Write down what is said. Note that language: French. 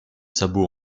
sabots